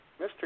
Mr